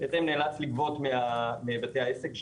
נאלץ לגבות מבתי העסק.